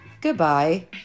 Goodbye